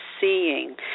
seeing